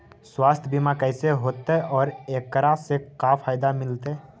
सवासथ बिमा कैसे होतै, और एकरा से का फायदा मिलतै?